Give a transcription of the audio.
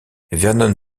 vernon